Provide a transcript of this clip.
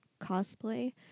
cosplay